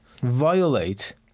violate